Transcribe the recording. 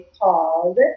called